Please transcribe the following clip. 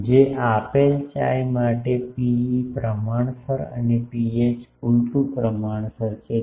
જે આપેલ chi માટે ρe પ્રમાણસર છે અને ρh ઉલટું પ્રમાણસર છે